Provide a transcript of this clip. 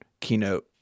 keynote